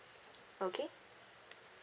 okay